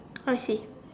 okay